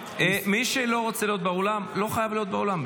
מי שלא רוצה להיות באולם, לא חייב להיות באולם.